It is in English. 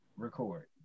record